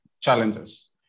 challenges